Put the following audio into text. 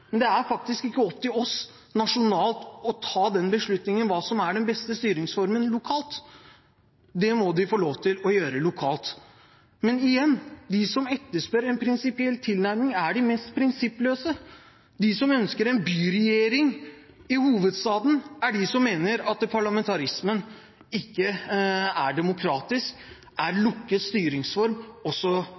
men det er faktisk ikke opp til oss nasjonalt å ta beslutningen om hva som er den beste styringsformen lokalt. Det må de få lov til å gjøre lokalt. Men igjen: De som etterspør en prinsipiell tilnærming, er de mest prinsippløse. De som ønsker en byregjering i hovedstaden, er de som mener at parlamentarisme ikke er demokratisk, men er en lukket styringsform,